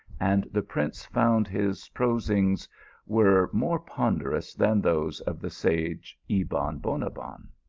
and the prince found his prosings were more ponderous than those of the sage ebon bonabbon.